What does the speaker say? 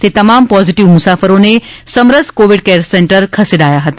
તે તમામ પોઝીટીવ મુસાફરોને સમરસ કોવિડ કેર સેન્ટરમાં ખસેડાયા હતા